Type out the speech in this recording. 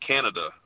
Canada